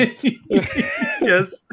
Yes